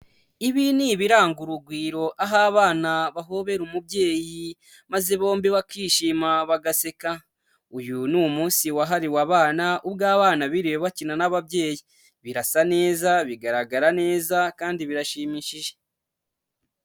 Ibi ni ibiranga urugwiro aho abana bahobera umubyeyi maze bombi bakishima bagaseka, uyu ni umunsi wahariwe abana ubwo abana biriwe bakina n'ababyeyi, birasa neza, bigaragara neza kandi birashimishije.